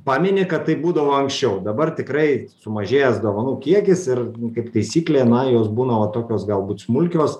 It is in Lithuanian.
pamini kad taip būdavo anksčiau dabar tikrai sumažėjęs dovanų kiekis ir kaip taisyklė na jos būna va tokios galbūt smulkios